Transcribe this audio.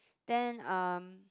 then um